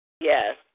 Yes